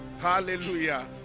Hallelujah